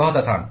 बहुत आसान